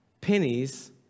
pennies